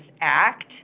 act